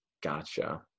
Gotcha